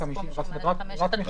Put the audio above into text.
אוקיי.